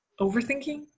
overthinking